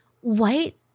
white